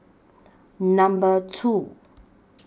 Number two